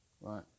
right